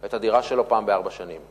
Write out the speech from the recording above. את הדירה שלו פעם בארבע שנים,